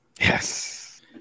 yes